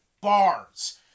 Bars